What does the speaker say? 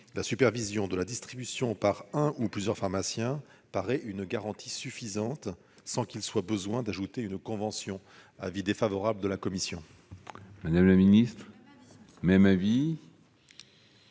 La supervision de la distribution par un ou plusieurs pharmaciens paraît une garantie suffisante, sans qu'il soit besoin d'y ajouter une convention. Avis défavorable. Quel est l'avis du Gouvernement ? Même avis.